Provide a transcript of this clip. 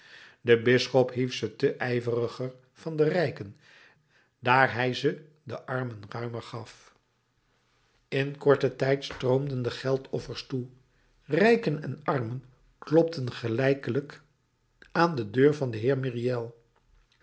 de bisschop hief ze te ijveriger van de rijken daar hij ze den armen ruimer gaf in korten tijd stroomden de geldoffers toe rijken en armen klopten gelijkelijk aan de deur van den heer myriel